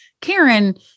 Karen